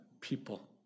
people